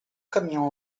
caminham